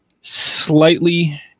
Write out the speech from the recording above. slightly